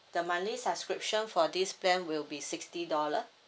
the monthly subscription for this plan will be sixty dollar